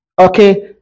Okay